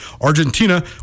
Argentina